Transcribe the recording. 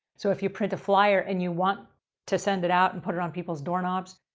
so if you print a flyer and you want to send it out and put it on people's door knobs,